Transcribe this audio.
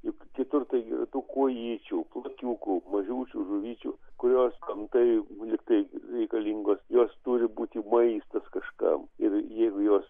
juk kitur tai tų kuojyčių plakiukų mažučių žuvyčių kurios ten tai lygtai reikalingos jos turi būti maistas kažkam ir jeigu jos